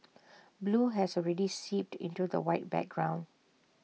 blue has already seeped into the white background